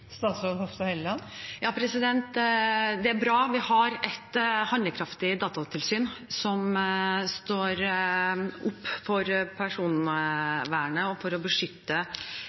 Ja, det er bra at vi har et handlekraftig datatilsyn som står opp for personvernet og for å beskytte